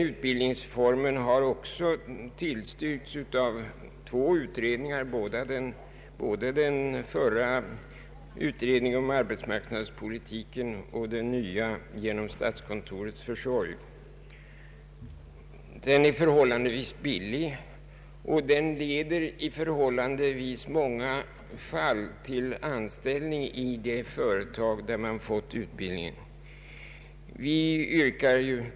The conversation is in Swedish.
Utbildningsformen har också tillstyrkts av två utredningar, både av den förra utredningen om arbetsmarknadspolitiken och av den nya utredningen genom statskontorets försorg. Denna utbildningsform är förhållandevis billig, och den leder i de flesta fall till anställning i det företag, där man har fått utbildningen.